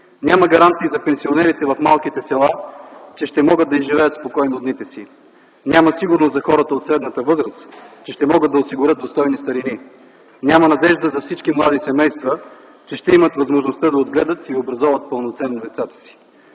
Няма гаранции за пенсионерите в малките села, че ще могат да изживеят спокойно дните си. Няма сигурност за хората от средната възраст, че ще могат да си осигурят достойни старини. Няма надежда за всички млади семейства, че ще имат възможността да отгледат и образоват пълноценно децата си.